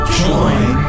join